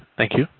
thank you.